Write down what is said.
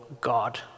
God